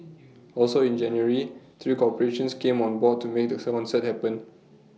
also in January three corporations came on board to make the sir concert happen